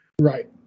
Right